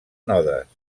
nodes